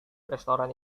restoran